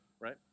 right